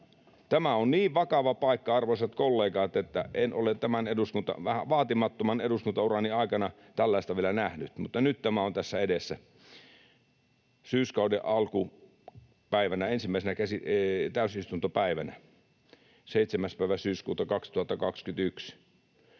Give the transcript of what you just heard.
Tämä on niin vakava paikka, arvoisat kollegat, että en ole tämän vaatimattoman eduskuntaurani aikana tällaista vielä nähnyt, mutta nyt tämä on tässä edessä syyskauden alkupäivänä, ensimmäisenä täysistuntopäivänä 7. päivä syyskuuta 2021.